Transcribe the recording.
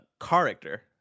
character